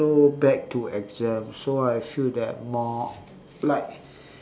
so back to exams so I feel that more like